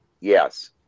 Yes